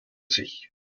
sich